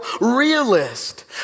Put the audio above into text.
realist